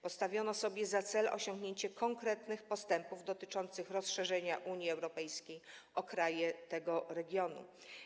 Postawiono sobie za cel osiągnięcie konkretnych postępów dotyczących rozszerzenia Unii Europejskiej o kraje tego regionu.